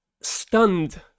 stunned